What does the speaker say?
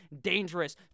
dangerous